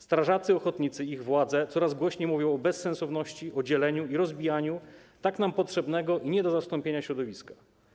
Strażacy ochotnicy i ich władze coraz głośniej mówią o bezsensowności, o dzieleniu i rozbijaniu tak nam potrzebnego i nie do zastąpienia środowiska.